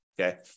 okay